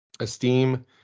esteem